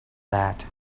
that